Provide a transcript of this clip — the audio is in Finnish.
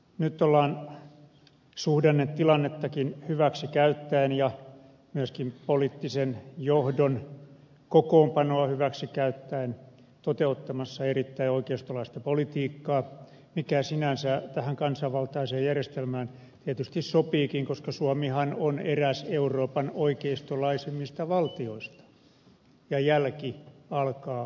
nyt ollaan suhdannetilannettakin hyväksi käyttäen ja myöskin poliittisen johdon kokoonpanoa hyväksi käyttäen toteuttamassa erittäin oikeistolaista politiikkaa mikä sinänsä tähän kansanvaltaiseen järjestelmään tietysti sopiikin koska suomihan on eräs euroopan oikeistolaisimmista valtioista ja jälki alkaa näkyä